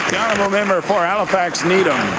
member for halifax needham.